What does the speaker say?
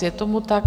Je tomu tak.